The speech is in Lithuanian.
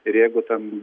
ir jeigu ten